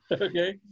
Okay